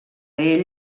ell